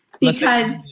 because-